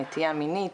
נטייה מינית,